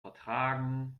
vertragen